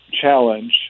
challenge